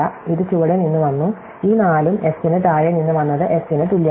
ഇത് ചുവടെ നിന്ന് വന്നു ഈ 4 ഉം S ന് താഴെ നിന്ന് വന്നത് S ന് തുല്യമാണ്